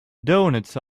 doughnuts